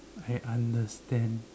I understand